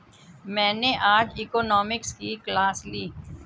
मैंने आज इकोनॉमिक्स की क्लास ली